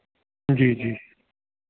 जी जी